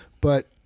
But-